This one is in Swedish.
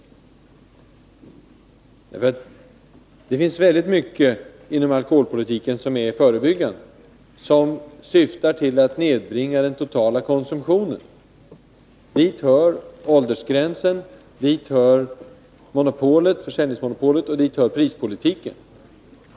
Men det finns väldigt mycket inom alkoholpolitiken som är förebyggande, som syftar till att nedbringa den totala konsumtionen. Dit hör åldersgränsen, dit hör försäljningsmonopolet och dit hör prispolitiken.